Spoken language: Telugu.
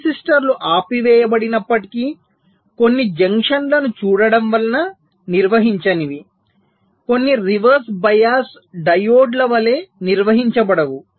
ట్రాన్సిస్టర్లు ఆపివేయబడినప్పటికీ కొన్ని జంక్షన్లను చూడటం వలన నిర్వహించనివి కొన్ని రివర్స్ బయాస్ డయోడ్ల వలె నిర్వహించబడవు